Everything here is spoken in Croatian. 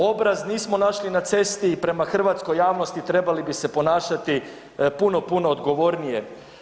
Obraz nismo našli na cesti i prema hrvatskoj javnosti trebali bi se ponašati puno, puno odgovornije.